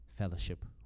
fellowship